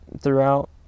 throughout